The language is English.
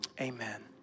amen